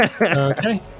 Okay